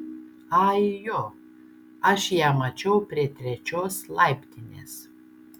ai jo aš ją mačiau prie trečios laiptinės